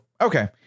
okay